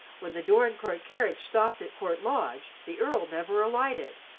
when the dorincourt carriage stopped at court lodge, the earl never alighted,